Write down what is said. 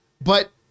But-